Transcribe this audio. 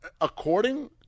According